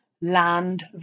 land